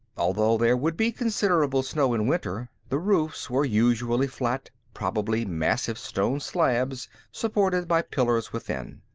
although there would be considerable snow in winter, the roofs were usually flat, probably massive stone slabs supported by pillars within.